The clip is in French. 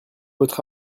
votre